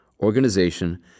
organization